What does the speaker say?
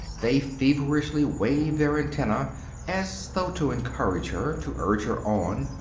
they feverishly wave their antennae as though to encourage her, to urge her on,